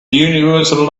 universal